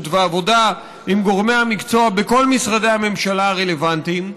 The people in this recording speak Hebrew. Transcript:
ועבודה עם גורמי המקצוע בכל משרדי הממשלה הרלוונטיים,